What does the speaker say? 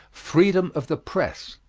freedom of the press.